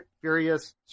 furious